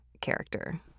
character